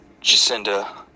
Jacinda